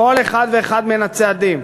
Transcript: כל אחד ואחד מהצעדים.